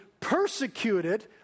persecuted